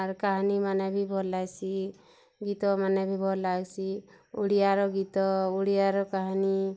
ଆର୍ କାହାନୀମାନେ ବି ଭଲ୍ ଲାଗ୍ସି ଗୀତମାନେ ବି ଭଲ୍ ଲାଗ୍ସି ଓଡ଼ିଆର ଗୀତ ଓଡ଼ିଆର କାହାନୀ